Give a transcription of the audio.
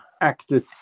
acted